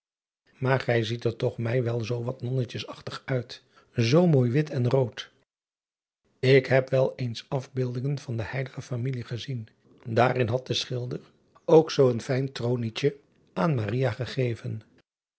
aar gij ziet er toch mij wel zoo wat nonnetjesachtig uit zoo mooi wit en rood k heb wel eens afbeeldingen van de eilige amilie gezien daar in had de schilder ook zoo een sijn tronietje aan gegeven